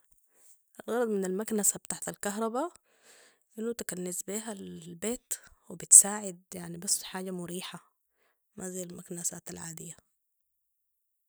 الغرض من المكنسة بتاعة الكهرباء انو تكنس بيها البيت وبتساعد يعني بس حاجة مريحة ما زي المكنسات العاديه